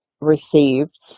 received